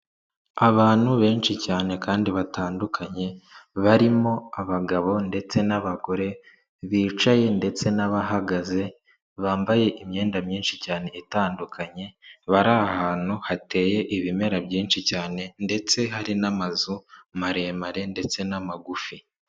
Abantu benshi cyane kandi batandukanye, barimo abagabo ndetse n'abagore, bicaye ndetse n'abahagaze, bambaye imyenda myinshi cyane itandukanye, bari ahantu hateye ibimera byinshi cyane ndetse hari n'amazu maremare ndetse n'amagufi.